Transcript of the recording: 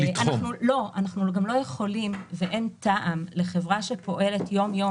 אנחנו גם לא יכולים ואין טעם לחברה שפועלת יום-יום